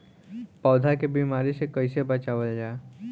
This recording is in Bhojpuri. पौधा के बीमारी से कइसे बचावल जा?